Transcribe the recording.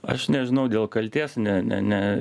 aš nežinau dėl kaltės ne ne ne